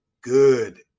good